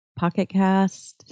PocketCast